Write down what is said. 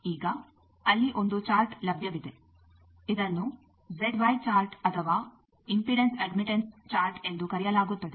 ಈಗ ಅಲ್ಲಿ ಒಂದು ಚಾರ್ಟ್ ಲಭ್ಯವಿದೆ ಇದನ್ನು ಜೆಡ್ ವೈ ಚಾರ್ಟ್ ಅಥವಾ ಇಂಪಿಡನ್ಸ್ ಅಡ್ಮಿಟ್ಟನ್ಸ್ ಚಾರ್ಟ್ ಎಂದು ಕರೆಯಲಾಗುತ್ತದೆ